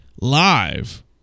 live